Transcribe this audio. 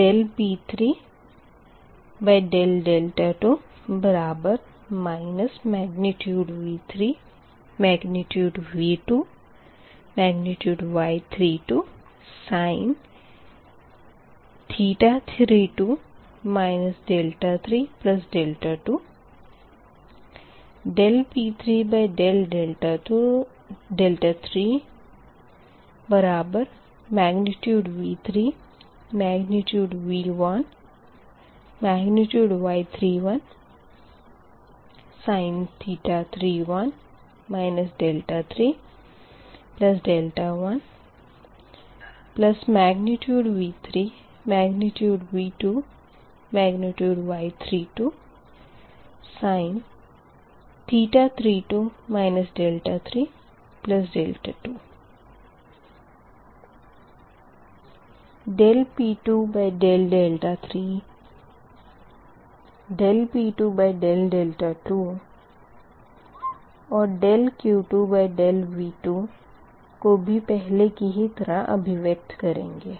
dP3d2 V3V2Y32sin 32 32 dP3d3V3V1Y31sin 31 31 V3V2Y32sin 32 32 dP2d3 dP2d2 और dQ2dV2 को भी पहले की ही तरह अभिव्यक्त करेंगे